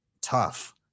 Tough